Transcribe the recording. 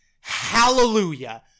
hallelujah